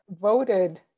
voted